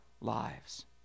lives